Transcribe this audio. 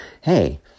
hey